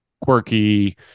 quirky